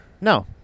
No